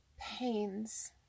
pains